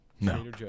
No